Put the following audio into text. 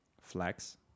Flex